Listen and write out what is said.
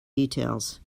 details